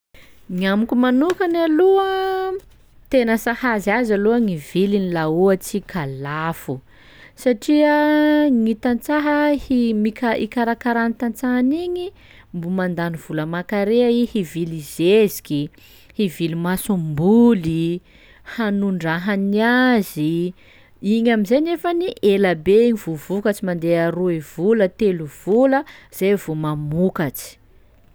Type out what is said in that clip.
Gny amiko manokany aloha tena sahazy azy aloha gny viliny laha ohatsy ka lafo, satria gny tantsaha hi- mika- ikarakaran'ny tantsaha an'igny, mbo mandany vola aman-karea i hivily zeziky, hivily masomboly, hanondrahany azy, igny am'izay nefany elabe i vao voa fa tsy mandeha roe vola, telo vola zay vao mamokatsy.